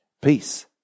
peace